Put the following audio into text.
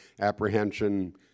apprehension